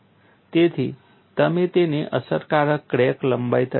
તેથી તમે તેને અસરકારક ક્રેક લંબાઈ તરીકે મૂકો